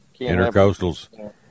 intercoastals